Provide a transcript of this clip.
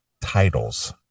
titles